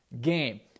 game